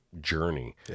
journey